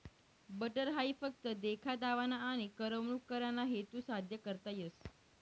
butter हाई फक्त देखा दावाना आनी करमणूक कराना हेतू साद्य करता येस